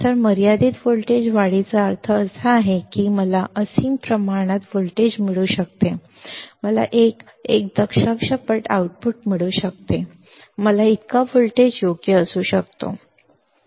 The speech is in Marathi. तर मर्यादित व्होल्टेज वाढीचा अर्थ असा आहे की मला असीम प्रमाणात व्होल्टेज मिळू शकते मला 1 1 दशलक्ष पट आउटपुट मिळू शकते मला इतका व्होल्टेज योग्य असू शकतो